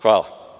Hvala.